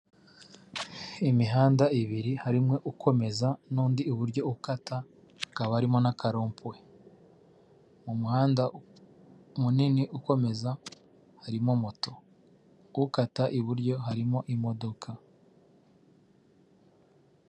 Imihanda ibiri harimo ukomeza n'undi iburyo ukata, hakaba harimo n'akarompuwe, mu muhanda munini ukomeza harimo moto, ukata iburyo harimo imodoka.